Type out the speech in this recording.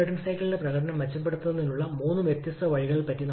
ട്ട്പുട്ടിന്റെ പരമാവധി മൂല്യം നമുക്ക് ലഭിക്കും